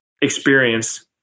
experience